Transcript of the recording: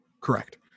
Correct